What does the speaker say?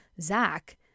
zach